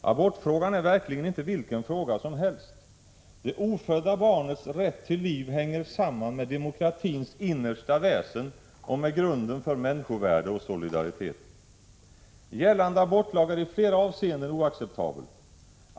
Abortfrågan är verkligen inte vilken fråga som helst. Det ofödda barnets rätt till liv hänger samman med demokratins innersta väsen och med grunden för människovärde och solidaritet. Gällande abortlag är i flera avseenden oacceptabel.